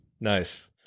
Nice